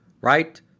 Right